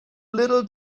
little